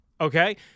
okay